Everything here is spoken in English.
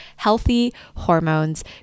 healthyhormones